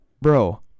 Bro